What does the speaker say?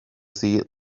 see